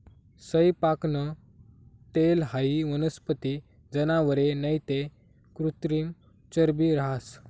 सैयपाकनं तेल हाई वनस्पती, जनावरे नैते कृत्रिम चरबी रहास